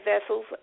vessels